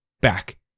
Back